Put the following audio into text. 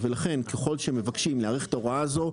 ולכן ככל שמבקשים להאריך את ההוראה הזו,